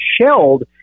shelled